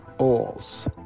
oils